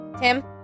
Tim